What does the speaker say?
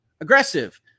aggressive